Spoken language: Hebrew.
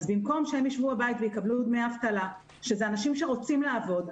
במקום שהם ישבו בבית ויקבלו דמי אבטלה אלה אנשים שרוצים לעבוד,